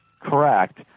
correct